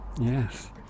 yes